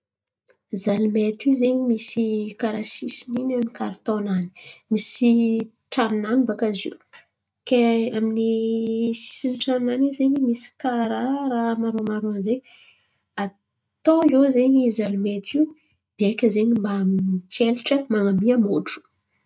Zalimety io zen̈y misy karà sisiny in̈y amin’ny karito-nany misy tranony baka zio. Kay amin’ny sisiny trano-nany zen̈y misy karà raha maronmaron zay atô io zen̈y beka ze mba mitrelatra man̈amIa, motro.